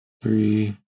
three